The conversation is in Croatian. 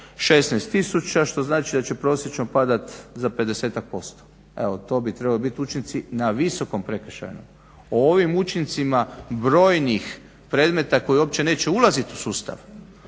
16000 što znači da će prosječno padat za 50-tak posto. Evo to bi trebali biti učinci na Visokom prekršajnom. O ovim učincima brojnih predmeta koji uopće neće ulazit u sustav